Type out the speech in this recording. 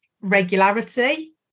regularity